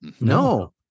No